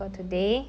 alright